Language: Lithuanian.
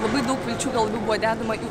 labai daug vilčių gal labiau buvo dedama į